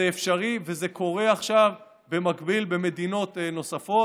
זה אפשרי, וזה קורה עכשיו במקביל במדינות נוספות.